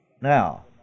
Now